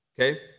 okay